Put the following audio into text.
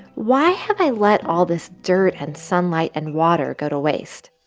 why have i let all this dirt and sunlight and water go to waste?